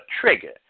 trigger